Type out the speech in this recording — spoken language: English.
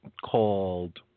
called